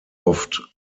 oft